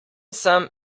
sem